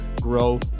grow